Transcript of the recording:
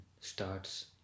starts